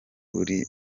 buri